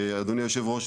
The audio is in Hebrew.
אדוני היו"ר,